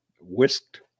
whisked